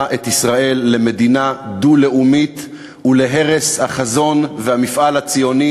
את ישראל למדינה דו-לאומית ולהרס החזון והמפעל הציוני.